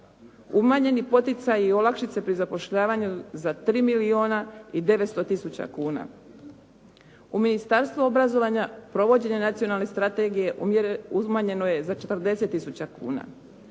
Umanjeni poticaji i olakšice pri zapošljavanju za 3 milijuna i 900 tisuća kuna. U Ministarstvu obrazovanja provođenje Nacionalne strategije umanjeno je za 40 tisuća kuna,